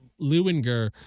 lewinger